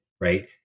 right